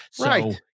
Right